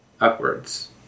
upwards